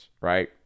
right